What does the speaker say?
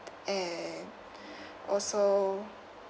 and also